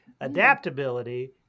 adaptability